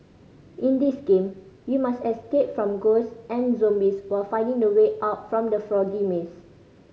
in this game you must escape from ghost and zombies while finding the way out from the foggy maze